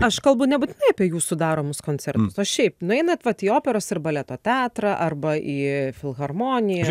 aš kalbu nebūtinai apie jūsų daromus koncertus o šiaip nueinat vat į operos ir baleto teatrą arba į filharmoniją